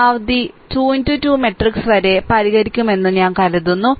പരമാവധി 2 മുതൽ 2 വരെ പരിഹരിക്കുമെന്ന് ഞാൻ കരുതുന്നു